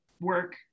work